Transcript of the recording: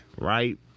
right